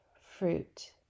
fruit